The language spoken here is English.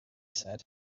said